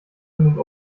nun